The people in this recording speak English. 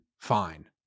fine